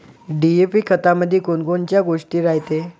DAP खतामंदी कोनकोनच्या गोष्टी रायते?